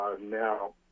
now